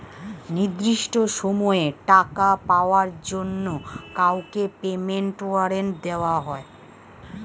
নির্দিষ্ট সময়ে টাকা পাওয়ার জন্য কাউকে পেমেন্ট ওয়ারেন্ট দেওয়া হয়